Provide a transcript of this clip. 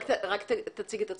רק תציג את עצמך.